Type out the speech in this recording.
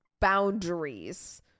boundaries